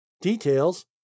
Details